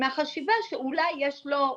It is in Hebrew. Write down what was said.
מהחשיבה שאולי יש לו,